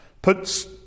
puts